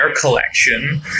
collection